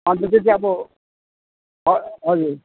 अन्त त्यो चाहिँ अब ह हजुर